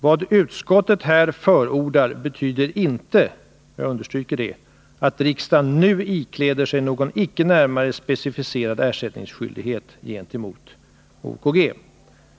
Vad utskottet här förordar betyder inte att riksdagen nu ikläder sig någon icke närmare specificerad ersättningsskyldighet gentemot OKG.